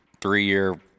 three-year